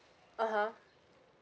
ah ha